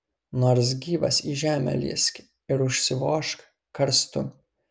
nors gyvas į žemę lįsk ir užsivožk karstu